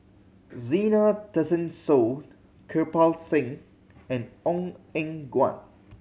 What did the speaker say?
Zena Tessensohn Kirpal Singh and Ong Eng Guan